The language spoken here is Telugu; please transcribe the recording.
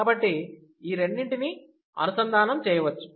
కాబట్టి ఈ రెండింటిని అనుసంధానం చేయవచ్చు